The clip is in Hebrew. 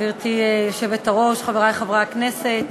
גברתי היושבת-ראש, תודה, חברי חברי הכנסת,